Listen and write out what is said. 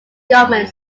government